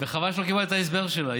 חבל שלא קיבלת את ההסבר שלה.